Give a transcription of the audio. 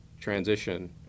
transition